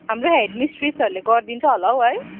हाम्रो हेडमिस्ट्रेसहरूले गरिदिन्छ होला हो है